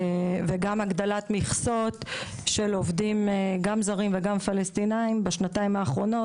וגם הגדלת מכסות של עובדים גם זרים וגם פלשתינאים בשנתיים האחרונות,